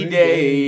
day